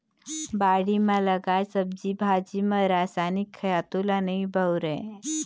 बाड़ी म लगाए सब्जी भाजी म रसायनिक खातू ल नइ बउरय